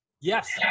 Yes